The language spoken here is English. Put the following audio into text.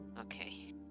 Okay